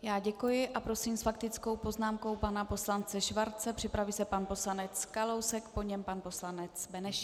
Já děkuji a prosím s faktickou poznámkou pana poslance Schwarze, připraví se pan poslanec Kalousek, po něm pan poslanec Benešík.